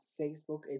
Facebook